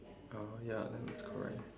oh ya then it's correct eh